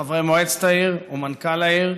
חברי מועצת העיר ומנכ"ל העיר,